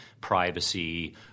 privacy